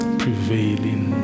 prevailing